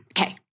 Okay